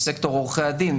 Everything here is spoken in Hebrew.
בסקטור עורכי הדין.